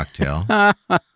cocktail